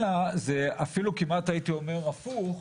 אלא זה אפילו כמעט הייתי אומר הפוך,